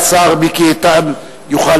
השר מיקי איתן יוכל,